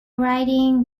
writing